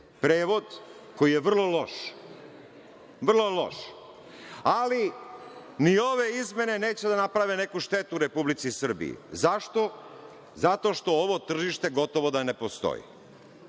prevod koji je vrlo loš. Vrlo loš. Ali, ni ove izmene neće da naprave neku štetu Republici Srbiji. Zašto? Zato što ovo tržište gotovo da ne postoji.